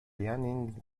liaoning